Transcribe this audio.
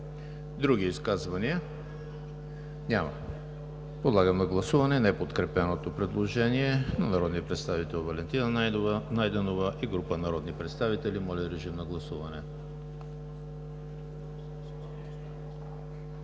Други изказвания? Няма. Подлагам на гласуване неподкрепеното предложение на народния представител Валентина Найденова и група народни представители. Гласували